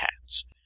cats